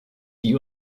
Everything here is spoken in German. die